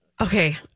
okay